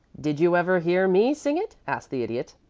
did you ever hear me sing it? asked the idiot.